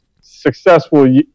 successful